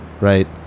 right